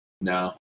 No